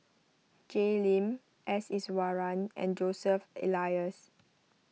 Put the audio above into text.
Jay Lim S Iswaran and Joseph Elias